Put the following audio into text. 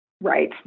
Right